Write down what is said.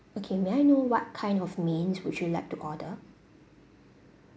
okay may I know what kind of mains would you like to order